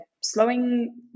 slowing